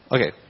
Okay